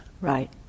Right